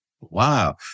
Wow